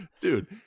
Dude